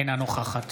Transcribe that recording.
אינה נוכחת